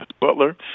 Butler